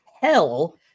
hell